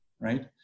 right